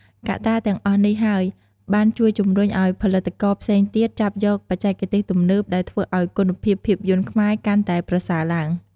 កត្តាទាំងអស់នេះហើយ បានជួយជំរុញឱ្យផលិតករផ្សេងទៀតចាប់យកបច្ចេកទេសទំនើប ដែលធ្វើឱ្យគុណភាពភាពយន្តខ្មែរកាន់តែប្រសើរឡើង។